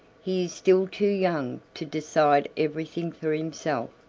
he is still too young to decide everything for himself,